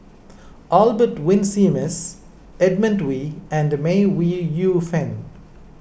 Albert Winsemius Edmund Wee and May Ooi Yu Fen